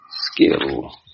skill